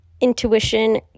intuition